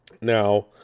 Now